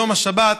יום השבת,